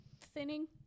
thinning